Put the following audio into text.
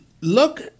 look